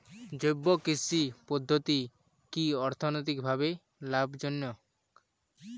জৈব কৃষি পদ্ধতি কি অর্থনৈতিকভাবে লাভজনক?